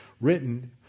written